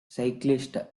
cyclists